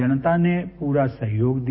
जनता ने प्ररा सहयोग दिया